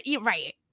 right